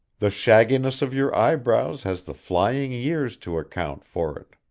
the shagginess of your eyebrows has the flying years to account for it.